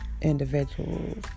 individuals